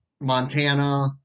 Montana